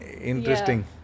Interesting